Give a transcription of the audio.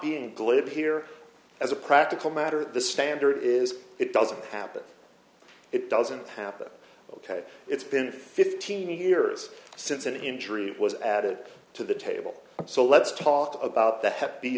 being glib here as a practical matter the standard is it doesn't happen it doesn't happen ok it's been fifteen years since an injury was added to the table so let's talk about the he